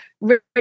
rich